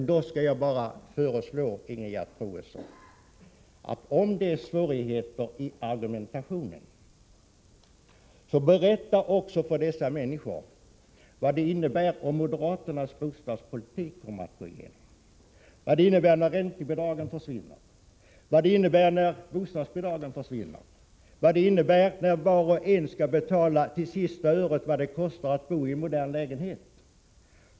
Jag skall bara föreslå Ingegerd Troedsson, om hon har svårigheter med argumentationen, att också berätta för dessa människor vad det innebär om moderaternas bostadspolitik kommer att gå igenom, vad det innebär när räntebidragen försvinner, vad det 14 innebär när bostadsbidragen försvinner och vad det innebär när var och en till sista öret skall betala vad det kostar att bo i en modern lägenhet.